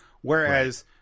whereas